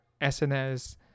SNS